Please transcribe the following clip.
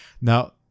Now